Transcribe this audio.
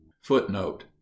Footnote